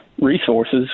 resources